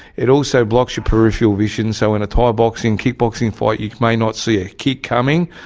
it also blocks your peripheral vision, so in a thai boxing, kickboxing fight you may not see a kick coming.